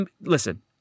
Listen